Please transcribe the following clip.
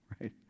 right